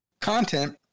content